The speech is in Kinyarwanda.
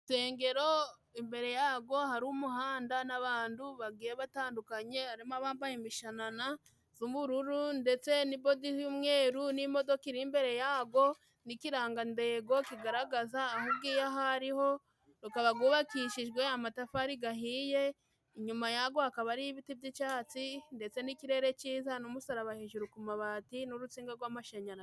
Urusengero imbere yago hari umuhanda n'abandu bagiye batandukanye harimo abambaye imishanana z'ubururu ndetse n'ibodi y'umweru n'imodoka iri imbere yago n'ikirangandengo kigaragaza aho ugiye aho ariho rukaba gubakishijwe amatafari gahiye inyuma yago hakaba ariyo ibiti by'icatsi ndetse n'ikirere ciza n'umusaraba hejuru ku mabati n'urunsinga rw'amashanyarazi.